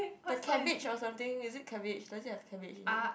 the cabbage or something is it cabbage does it have cabbage in it